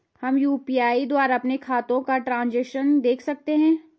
हम यु.पी.आई द्वारा अपने खातों का ट्रैन्ज़ैक्शन देख सकते हैं?